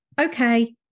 okay